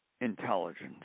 intelligence